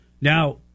Now